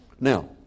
Now